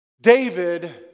David